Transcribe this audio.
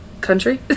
country